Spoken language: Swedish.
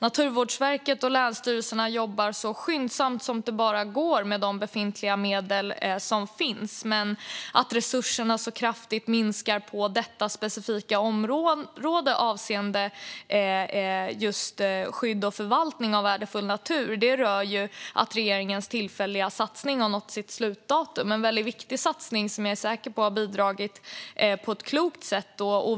Naturvårdsverket och länsstyrelserna jobbar så skyndsamt det bara går med de befintliga medlen, men att resurserna minskar på det område som avser just skydd och förvaltning av värdefull natur har att göra med att regeringens tillfälliga satsning har nått sitt slutdatum. Det är en väldigt viktig satsning, som jag är säker på har bidragit på ett klokt sätt.